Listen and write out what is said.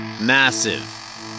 Massive